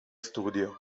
studio